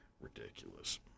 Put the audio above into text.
Ridiculous